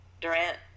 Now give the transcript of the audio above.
Durant